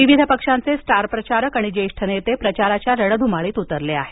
विविध पक्षांचे स्टार प्रचारक आणि ज्येष्ठ नेते प्रचाराच्या रणधुमाळीत उतरले आहेत